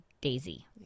Daisy